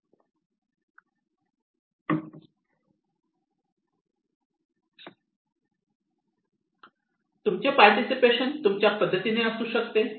तुमचे पार्टिसिपेशन तुमच्या पद्धतीने असू शकते